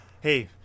Hey